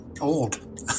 old